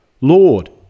Lord